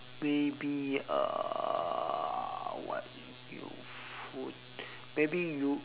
maybe uh what new food maybe you uh